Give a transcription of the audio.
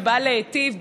שבא להיטיב,